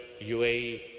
UAE